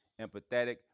empathetic